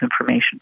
information